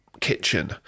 kitchen